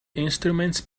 instruments